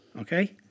Okay